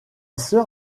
sœur